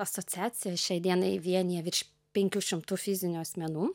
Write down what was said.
asociacija šiai dienai vienija virš penkių šimtų fizinių asmenų